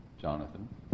Jonathan